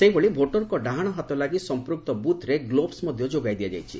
ସେହିଭଳି ଭୋଟରଙ୍କ ଡାହାଣ ହାତଲାଗି ସଂପୃକ୍ତ ବୁଥ୍ରେ ଗ୍ଲୋଭସ୍ ମଧ ଯୋଗାଇ ଦିଆଯାଇଛି